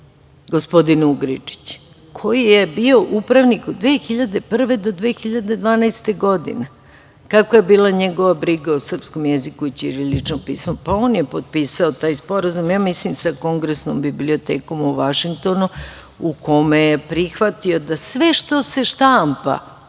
gospodin Ugričić koji je bio upravnik od 2001. do 2012. godine? Kakva je bila njegova briga o srpskoj jeziku i ćiriličnom pismu? On je potpisao taj sporazum, ja mislim, sa Kongresnom bibliotekom u Vašingtonu u kome je prihvatio da sve što se štampa,